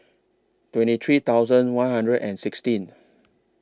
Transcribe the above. twenty three thousand one hundred and sixteen